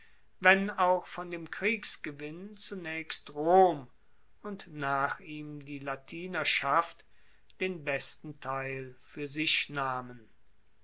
wenn auch von dem kriegsgewinn zunaechst rom und nach ihm die latinerschaft den besten teil fuer sich nahmen